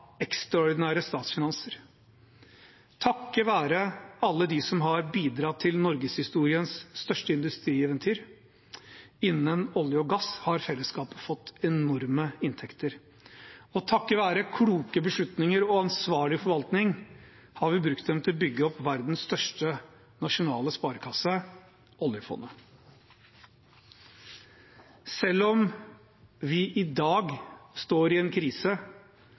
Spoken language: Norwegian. ekstraordinære statsfinanser. Takket være alle de som har bidratt til norgeshistoriens største industrieventyr innen olje og gass, har fellesskapet fått enorme inntekter. Og takket være kloke beslutninger og ansvarlig forvaltning har vi brukt dem til å bygge opp verdens største nasjonale sparekasse – oljefondet. Selv om vi i dag står i en krise,